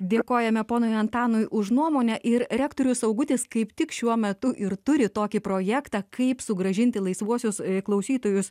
dėkojame ponui antanui už nuomonę ir rektorius augutis kaip tik šiuo metu ir turi tokį projektą kaip sugrąžinti laisvuosius klausytojus